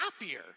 happier